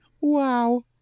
Wow